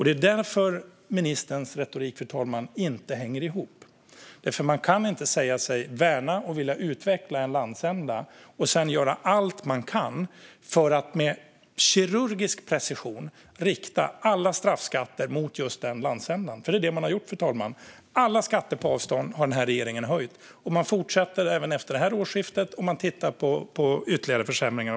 Det är därför ministerns retorik inte hänger ihop, fru talman. Man kan inte säga sig värna och vilja utveckla en landsända och sedan göra allt man kan för att med kirurgisk precision rikta alla straffskatter mot just denna landsända. För det är det man har gjort, fru talman. Alla skatter på avstånd har den här regeringen höjt. Man fortsätter även efter detta årsskifte, och man tittar på ytterligare försämringar.